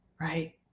Right